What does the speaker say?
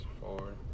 forward